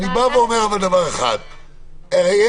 אם